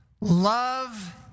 love